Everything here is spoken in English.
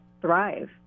thrive